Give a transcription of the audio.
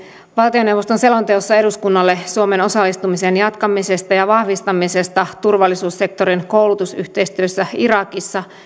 valtioneuvoston selonteossa eduskunnalle suomen osallistumisen jatkamisesta ja vahvistamisesta turvallisuussektorin koulutusyhteistyössä irakissa